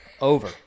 Over